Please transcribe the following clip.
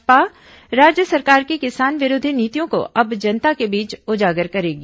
भाजपा राज्य सरकार की किसान विरोधी नीतियों को अब जनता के बीच उजागर करेगी